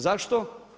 Zašto?